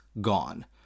gone